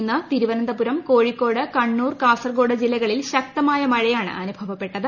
ഇന്ന് തിരുവനന്തപുരം കോഴിക്കോട് കണ്ണൂർ കാസർഗോഡ് ജില്ലകളിൽ ശക്തമായ മഴയാണ് അനുഭവപ്പെട്ടത്